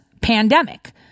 pandemic